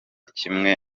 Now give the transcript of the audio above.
kimwe